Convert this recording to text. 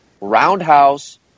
Roundhouse